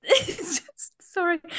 Sorry